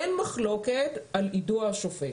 אין מחלוקת על יידוע השופט.